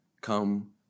come